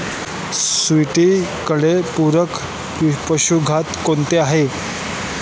सर्वोत्कृष्ट पूरक पशुखाद्य कोणते आहे?